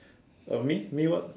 uh me me what